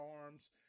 Arms